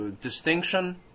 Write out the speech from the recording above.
distinction